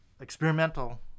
experimental